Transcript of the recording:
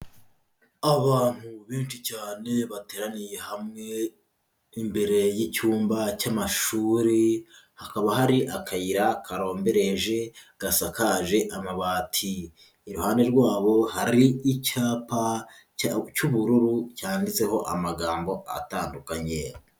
Abantu benshi cyane bateraniye hamwe imbere y'icyumba cy'amashuri, hakaba hari akayira karombereje gasakaje amabati, iruhande rwabo hari icyapa cy'ubururu cyanditseho amagambo atandukanye.